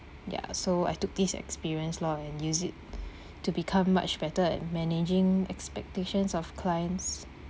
ya so I took these experience loh and use it to become much better at managing expectations of clients